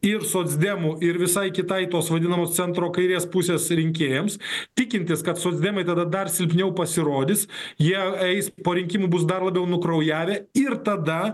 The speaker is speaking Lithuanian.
ir socdemų ir visai kitai tos vadinamos centro kairės pusės rinkėjams tikintis kad socdemai tada dar silpniau pasirodys jie eis po rinkimų bus dar labiau nukraujavę ir tada